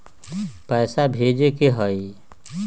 पैसा भेजे के हाइ?